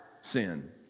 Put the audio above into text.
sin